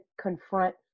confront